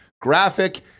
graphic